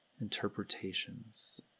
interpretations